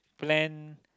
plan